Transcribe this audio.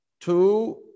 Two